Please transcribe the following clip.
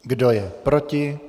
Kdo je proti?